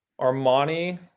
Armani